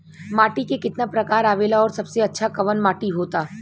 माटी के कितना प्रकार आवेला और सबसे अच्छा कवन माटी होता?